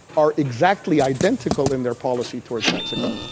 are exactly identical in their policy toward mexico,